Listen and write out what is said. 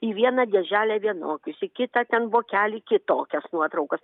į vieną dėželę vienokius į kitą ten vokelį kitokias nuotraukas